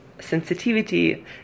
Sensitivity